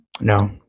No